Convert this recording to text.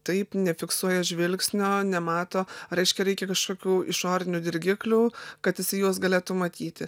taip nefiksuoja žvilgsnio nemato reiškia reikia kažkokių išorinių dirgiklių kad jisai juos galėtų matyti